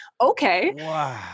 Okay